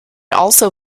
also